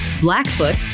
Blackfoot